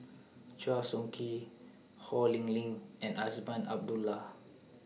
Chua Soo Khim Ho Lee Ling and Azman Abdullah